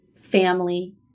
family